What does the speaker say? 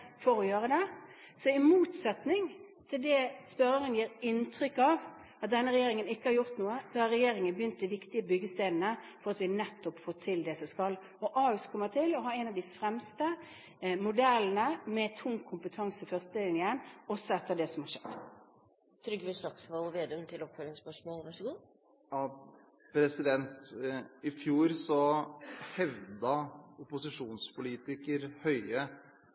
Så i motsetning til det som spørreren gir inntrykk av, at denne regjeringen ikke har gjort noe, har regjeringen begynt å legge de viktige byggestenene for at vi nettopp får til det som skal til. Og Ahus kommer til å ha en av de fremste modellene med tung kompetanse i førstelinjen også etter det som har